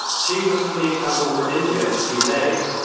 she was to leave cabul for india in a few days,